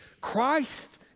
Christ